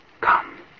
Come